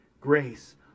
grace